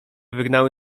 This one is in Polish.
wygnały